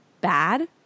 bad